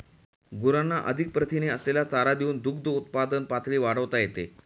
गुरांना अधिक प्रथिने असलेला चारा देऊन दुग्धउत्पादन पातळी वाढवता येते